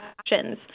actions